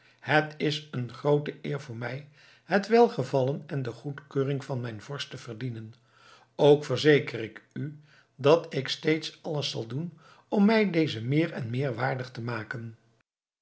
het is een groote eer voor mij het welgevallen en de goedkeuring van mijn vorst te verdienen ook verzeker ik u dat ik steeds alles zal doen om mij deze meer en meer waardig te maken